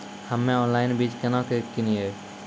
हम्मे ऑनलाइन बीज केना के किनयैय?